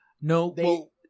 no